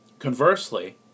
Conversely